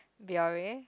Biore